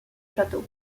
château